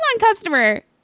customer